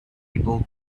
able